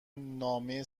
نامه